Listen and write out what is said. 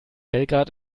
belgrad